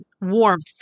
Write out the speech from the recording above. warmth